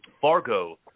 Fargo